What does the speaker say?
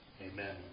Amen